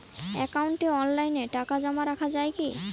একাউন্টে অনলাইনে টাকা জমা রাখা য়ায় কি?